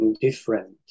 different